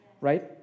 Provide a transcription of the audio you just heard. right